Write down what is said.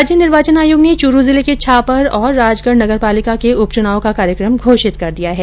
राज्य निर्वाचन आयोग ने चुरू जिले के छापर और राजगढ़ नगर पलिका के उप चुनाव का कार्यकम घोषित कर दिया है